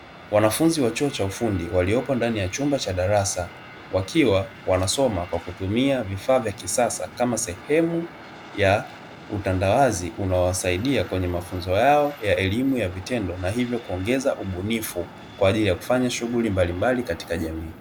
Wanafunzi wa chuo cha ufundi waliopo ndani ya chumba cha darasa wakiwa wanasoma kwa kutumia vifaa vya kisasa, kama sehemu ya utandawazi unaowasaidia kwenye mafunzo yao ya elimu ya vitendo, na hivyo kuongeza ubunifu kwa ajili ya kufanya shughuli mbalimbali katika jamii.